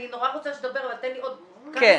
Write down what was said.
אני נורא רוצה שתדבר אבל תן לי עוד כמה